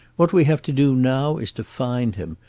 what we have to do now is to find him,